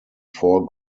four